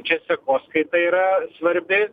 čia sekoskaita yra svarbi